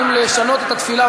האם לשנות את התפילה,